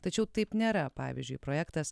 tačiau taip nėra pavyzdžiui projektas